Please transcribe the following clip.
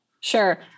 Sure